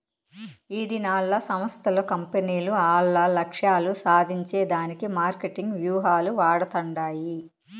ఈదినాల్ల సంస్థలు, కంపెనీలు ఆల్ల లక్ష్యాలు సాధించే దానికి మార్కెటింగ్ వ్యూహాలు వాడతండాయి